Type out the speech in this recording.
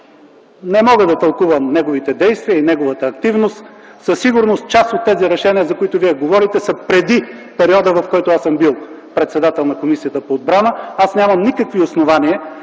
Не мога да тълкувам неговите действия и неговата активност. Със сигурност част от тези решения, за които Вие говорите, са преди периода, в който аз съм бил председател на Комисията по отбрана. Аз нямам никакви основания